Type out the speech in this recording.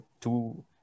two